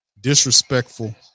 Disrespectful